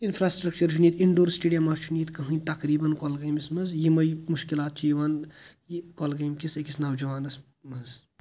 infrastructure چھُنہٕ ییٚتہِ indoor سٕٹیڈیَمَہ چھُنہٕ ییٚتہِ کٕہۭنۍ تَقریٖباً کۄلگٲمِس منٛز یِمَے مُشکِلات چھِ یِوان یہِ کۄلگٲمۍ کِس أکِس نَوجوانَس منٛز